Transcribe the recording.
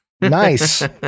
Nice